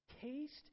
Taste